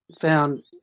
found